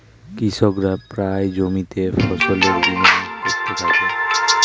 কৃষকরা প্রায়ই জমিতে ফসলের বীমা করে থাকে